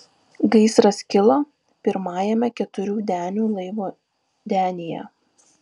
gaisras kilo pirmajame keturių denių laivo denyje